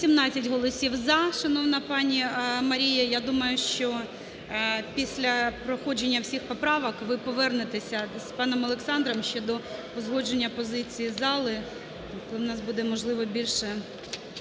11:00:40 За-118 Шановна пані Марія, я думаю, що після проходження всіх поправок ви повернетеся з паном Олександром щодо узгодження позиції зали, коли в нас буде, можливо, більша